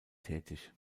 tätig